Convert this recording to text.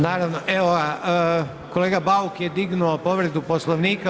Naravno, evo kolega Bauk je dignuo povredu Poslovnika.